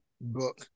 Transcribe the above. book